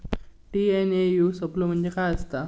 TNAU सापलो म्हणजे काय असतां?